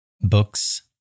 books